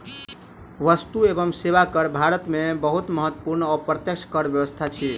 वस्तु एवं सेवा कर भारत में बहुत महत्वपूर्ण अप्रत्यक्ष कर व्यवस्था अछि